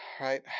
Right